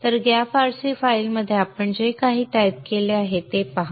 तर gaf rc फाईलमध्ये आपण जे काही टाइप केले आहे ते पहा